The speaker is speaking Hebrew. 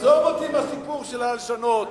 עזוב אותי מהסיפור של ההלשנות,